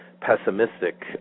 pessimistic